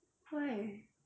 why